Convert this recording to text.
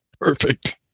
Perfect